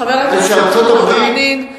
חבר הכנסת חנין.